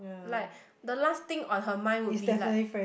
like the last thing on her mind would be like